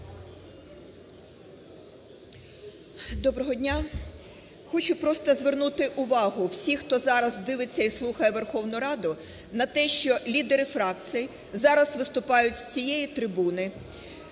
Доброго дня! Хочу просто звернути увагу всіх, хто зараз дивиться і слухає Верховну Раду, на те, що лідери фракцій зараз виступають з цієї трибуни